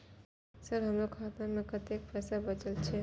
Sir हमरो खाता में कतेक पैसा बचल छे?